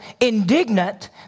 indignant